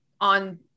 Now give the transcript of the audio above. on